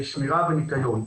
שמירה וניקיון.